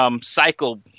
Cycle